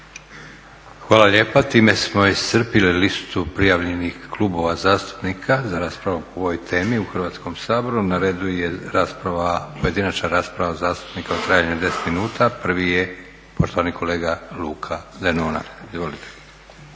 Hvala lijepa. Time smo iscrpili listu prijavljenih klubova zastupnika za raspravu po ovoj temi u Hrvatskom saboru, na redu je pojedinačna rasprava zastupnika u trajanju od 10 minuta. Prvi je poštovani kolega Luka Denona.